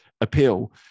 appeal